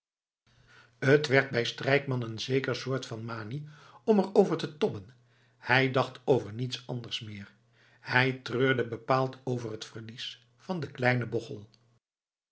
t werd bij strijkman een zeker soort van manie om er over te tobben hij dacht over niets anders meer hij treurde bepaald over het verlies van den kleinen bochel